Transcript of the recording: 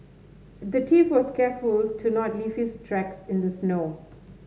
the thief was careful to not leave his tracks in the snow